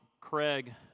Craig